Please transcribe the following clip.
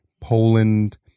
Poland